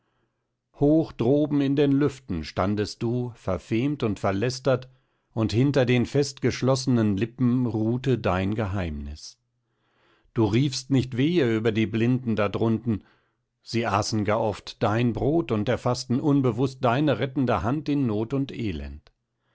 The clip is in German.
hoch droben in den lüften standest du verfemt und verlästert und hinter den festgeschlossenen lippen ruhte dein geheimnis du riefst nicht wehe über die blinden da drunten sie aßen gar oft dein brot und erfaßten unbewußt deine rettende hand in not und elend